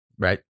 Right